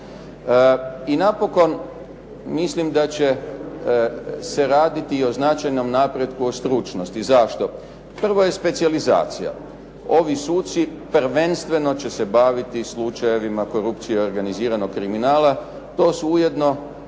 I napokon, mislim da će se raditi o značajnom napretku od stručnosti. Zašto? Prvo je specijalizacija. Ovi suci prvenstveno će se baviti slučajevima korupcije i organiziranog kriminala. To su jedno